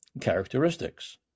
characteristics